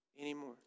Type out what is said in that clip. anymore